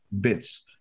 bits